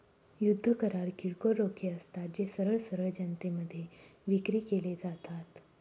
युद्ध करार किरकोळ रोखे असतात, जे सरळ सरळ जनतेमध्ये विक्री केले जातात